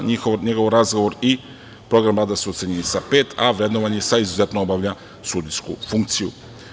Njegov razgovor i program rada su ocenjeni sa „pet“, a vrednovan je sa „izuzetno obavlja sudijsku funkciju“